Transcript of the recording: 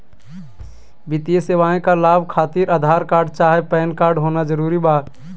वित्तीय सेवाएं का लाभ खातिर आधार कार्ड चाहे पैन कार्ड होना जरूरी बा?